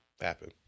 happen